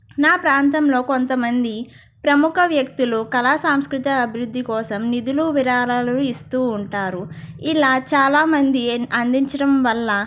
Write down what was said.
నా ప్రాంతంలో కొంత మంది ప్రముఖ వ్యక్తులు కళా సాంస్కృతిక అభివృద్ధి కోసం నిధులు విరాళాలను ఇస్తూ ఉంటారు ఇలా చాలా మంది అందించడం వల్ల